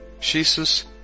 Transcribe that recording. Jesus